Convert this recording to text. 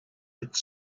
its